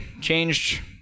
changed